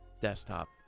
desktop